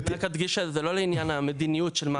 אני רק אדגיש שזה לא לעניין המדיניות של מהו המספר,